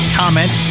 comment